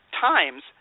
times